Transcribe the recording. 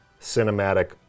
cinematic